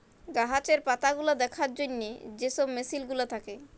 গাহাচের পাতাগুলা দ্যাখার জ্যনহে যে ছব মেসিল গুলা থ্যাকে